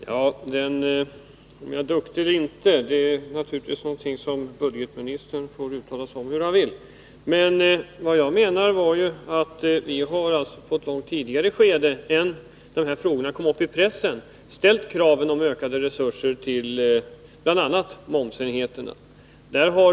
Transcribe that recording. Herr talman! Om jag är duktig eller inte får naturligtvis budgetministern tycka vad han vill om. Vad jag ville säga var att vi, långt innan de här frågorna kom upp, i pressen ställt krav på ökade resurser till bl.a. momsenheterna.